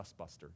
dustbuster